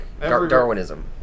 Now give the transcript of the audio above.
Darwinism